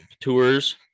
tours